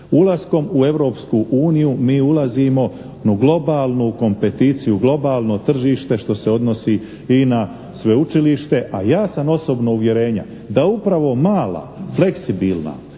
ulaskom u Europsku uniju mi ulazimo u globalnu kompeticiju, globalno tržište što se odnosi i na sveučilište, a ja sam osobno uvjerenja da upravo mala, fleksibilna